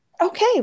Okay